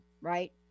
right